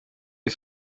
uri